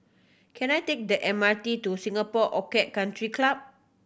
can I take the M R T to Singapore Country Club